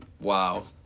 Wow